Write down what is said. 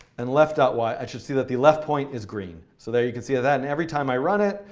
and left ah y i should see that the left point is green. so there you can see that. and every time i run it,